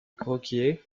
croquié